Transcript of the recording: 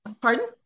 pardon